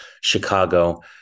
Chicago